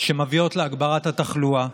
שמביאות להגברת התחלואה.